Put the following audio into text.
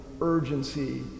urgency